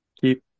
Keep